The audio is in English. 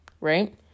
right